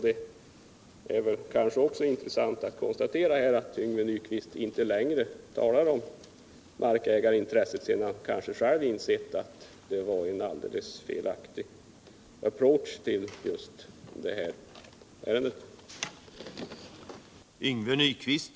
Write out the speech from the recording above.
Det är också intressant att konstatera att Yngve Nyquist inte längre talar om markägarintresset sedan han kanske själv insett att det är en felaktig approach till det här ärendet.